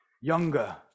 younger